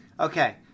Okay